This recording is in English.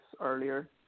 earlier